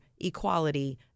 equality